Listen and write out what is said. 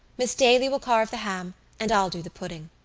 miss daly will carve the ham and i'll do the pudding.